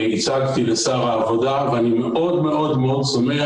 הצגתי לשר העבודה ואני מאוד מאוד שמח